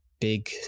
big